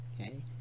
Okay